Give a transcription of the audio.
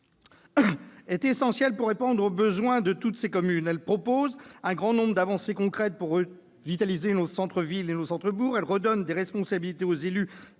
est essentielle pour répondre aux besoins de toutes ces communes. Elle contient un grand nombre d'avancées concrètes pour revitaliser nos centres-villes et nos centres-bourgs. Elle redonne des responsabilités aux élus